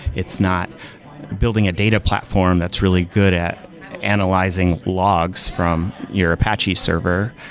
it's not building a data platform that's really good at analyzing logs from your apache server.